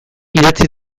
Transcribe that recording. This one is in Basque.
idatzi